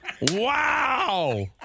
Wow